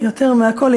יותר מהכול,